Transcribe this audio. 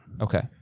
Okay